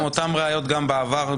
אותן ראיות גם בעבר -- אני לא מסכימה.